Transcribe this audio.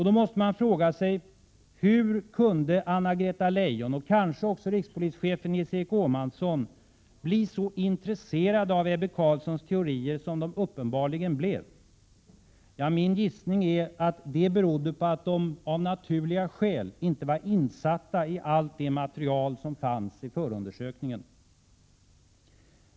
Då måste man fråga sig: Hur kunde Anna-Greta Leijon, och kanske också rikspolischefen Nils-Erik Åhmansson, bli så intresserade av Ebbe Carlssons teorier som de uppenbarligen blev? Min gissning är att det berodde på att de — av naturliga skäl — inte var insatta i allt det material som finns i förundersökningen.